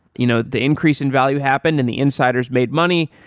you know the increase in value happened and the insiders made money.